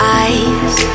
eyes